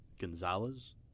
Gonzalez